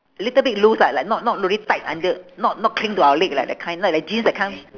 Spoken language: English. little bit loose lah like not not really tight until not not cling to our leg like that kind not like jeans that kind